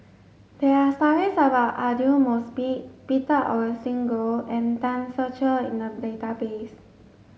there are stories about Aidli Mosbit Peter Augustine Goh and Tan Ser Cher in the database